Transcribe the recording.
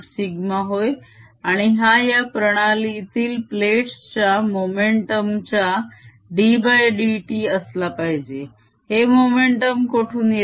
σ होय आणि हा या प्रणालीतील प्लेट्स च्या मोमेंटम च्या ddt असला पाहिजे हे मोमेंटम कोठून येते